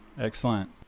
excellent